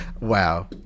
Wow